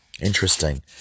interesting